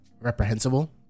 reprehensible